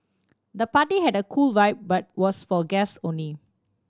the party had a cool vibe but was for guests only